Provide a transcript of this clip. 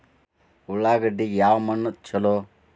ಉಳ್ಳಾಗಡ್ಡಿಗೆ ಯಾವ ಮಣ್ಣು ಛಲೋ?